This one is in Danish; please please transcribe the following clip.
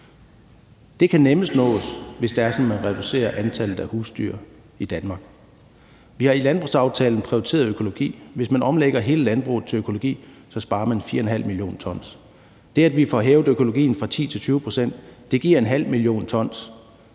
det er sådan, at man reducerer antallet af husdyr i Danmark. Vi har i landbrugsaftalen prioriteret økologi. Hvis man omlægger hele landbruget til økologi, sparer man 4,5 mio. t. Det, at vi får hævet økologien fra 10 til 20 pct., giver 0,5 mio. t,